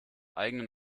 eigenen